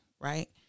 right